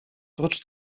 prócz